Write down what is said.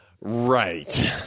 Right